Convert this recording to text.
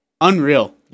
Unreal